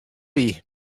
wie